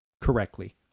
correctly